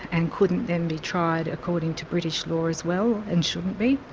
and couldn't then be tried according to british law as well, and shouldn't be.